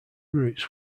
routes